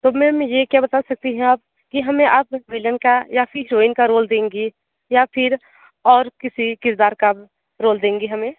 तो मैम यह क्या बता सकती हैं आप कि हमें बस विलन का या फिर हीरोइन का रोल देंगी या फिर और किसी किरदार का रोल देंगी हमें